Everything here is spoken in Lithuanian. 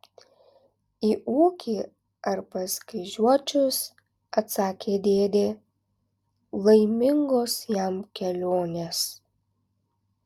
į ūkį ar pas kryžiuočius atsakė dėdė laimingos jam kelionės